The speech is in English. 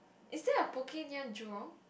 is there a Poke near jurong